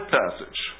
passage